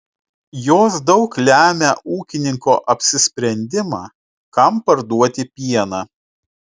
jos daug lemia ūkininko apsisprendimą kam parduoti pieną